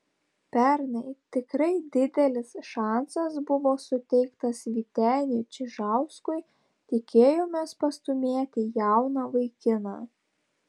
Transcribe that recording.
pernai tikrai didelis šansas buvo suteiktas vyteniui čižauskui tikėjomės pastūmėti jauną vaikiną